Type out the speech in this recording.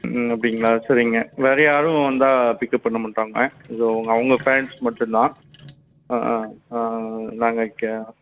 அப்படிங்களா சரிங்க வேறு யாரும் வந்தால் பிக்அப் பண்ண மாட்டாங்க இது அவங்க அவங்க ஃபேரண்ட்ஸ் மட்டும்தான் ஆஆ நாங்கள் கே